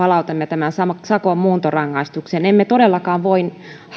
palautamme tämän sakon muuntorangaistuksen emme todellakaan voi halata